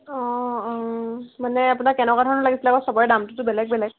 মানে আপোনাক কেনেকুৱা ধৰণৰ লাগিছিলে বাৰু চবৰে দামটোতো বেলেগ বেলেগ